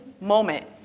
moment